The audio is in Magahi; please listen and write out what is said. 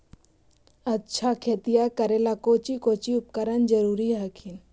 अच्छा खेतिया करे ला कौची कौची उपकरण जरूरी हखिन?